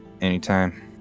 Anytime